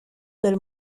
del